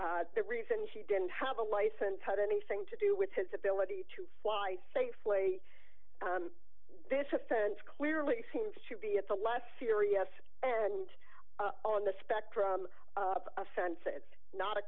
that the reason he didn't have a license had anything to do with his ability to fly safely this offense clearly seems to be at the less serious and on the spectrum of offense it's not a